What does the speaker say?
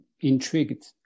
intrigued